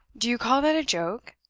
do you call that a joke?